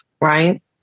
right